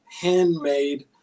handmade